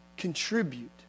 contribute